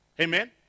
Amen